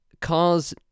Cars